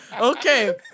Okay